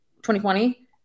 2020